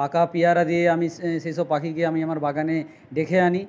পাকা পেয়ারা দিয়ে আমি সে সেই সব পাখিকে আমি আমার বাগানে ডেকে আনি